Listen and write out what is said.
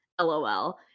lol